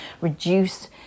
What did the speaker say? reduce